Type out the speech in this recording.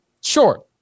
Sure